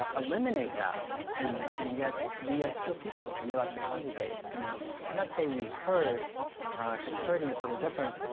ah eliminate that. and and yet, we are still people and we like to congregate. you know i'm not saying we herd cause herding is a little different,